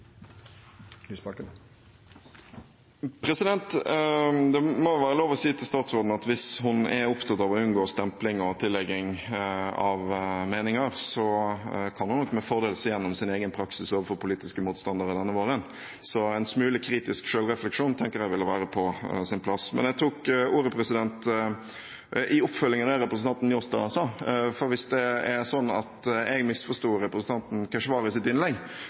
Lysbakken har hatt ordet to ganger tidligere og får ordet til en kort merknad, begrenset til 1 minutt. Det må være lov til å si til statsråden at hvis hun er opptatt av å unngå stempling og tillegging av meninger, så kan hun nok med fordel se igjennom sin egen praksis overfor politiske motstandere denne våren. En smule kritisk selvrefleksjon tenker jeg ville være på sin plass. Men jeg tok ordet i oppfølgingen av det representanten Njåstad sa, for hvis det er slik at